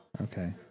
Okay